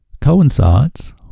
coincides